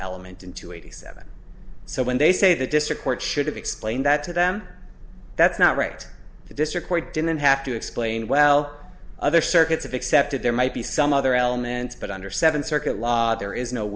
element into eighty seven so when they say the district court should have explained that to them that's not right the district court didn't have to explain well other circuits accepted there might be some other elements but under seven circuit law there is no